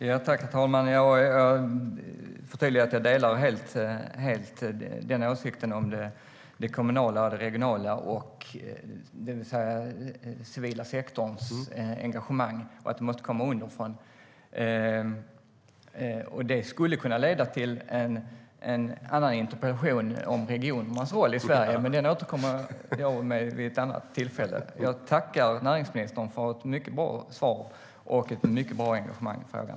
Herr talman! Jag vill förtydliga att jag helt delar åsikten om det kommunala och det regionala och den civila sektorns engagemang och att det måste komma underifrån. Det skulle kunna leda till en annan interpellation om regionernas roll i Sverige, men den återkommer jag med vid ett annat tillfälle. Jag tackar näringsministern för ett mycket bra svar och ett mycket bra engagemang i frågan!